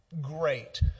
great